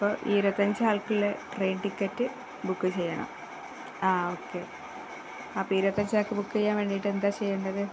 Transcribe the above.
അപ്പോള് ഇരുപത്തിയഞ്ചാൾക്കുള്ള train ticket book ചെയ്യണം ആ ഓക്കെ അപ്പോള് ഇരുപത്തിയഞ്ചാള്ക്ക് ബുക്ക് ചെയ്യാൻ വേണ്ടിയിട്ട് എന്താണു ചെയ്യേണ്ടത്